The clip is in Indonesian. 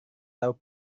tahu